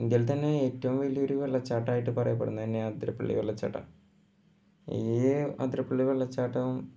ഇന്ത്യയിൽ തന്നെ ഏറ്റവും വലിയൊരു വെള്ളച്ചാട്ടമായിട്ട് പറയപ്പെടുന്നത് തന്നെ അതിരപ്പള്ളി വെള്ളച്ചാട്ടാണ് ഈ അതിരപ്പള്ളി വെള്ളച്ചാട്ടം